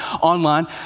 online